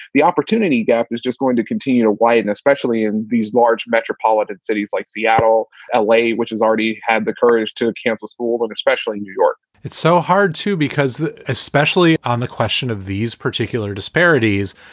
the opportunity gap is just going to continue to widen, especially in these large metropolitan cities like seattle, l a, which has already had the courage to cancel school, and especially new york it's so hard, too, because especially on the question of these particular disparities,